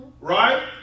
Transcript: right